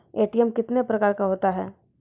ATM कितने प्रकार का होता हैं?